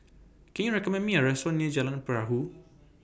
Can YOU recommend Me A Restaurant near Jalan Perahu